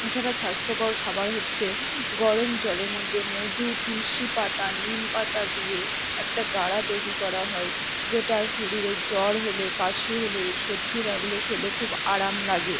এছাড়া স্বাস্থ্যকর খাবার হচ্ছে গরম জলের মধ্যে মধু তুলসি পাতা নিম পাতা দিয়ে একটা গাড়া তৈরি করা হয় যেটা শরীরের জ্বর হলে কাশি হলে সর্দি লাগলে খেলে খুব আরাম লাগে